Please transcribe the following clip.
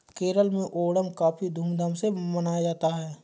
केरल में ओणम काफी धूम धाम से मनाया जाता है